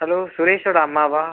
hello சுரேஷோடய அம்மாவா